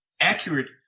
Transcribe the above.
accurate